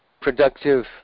productive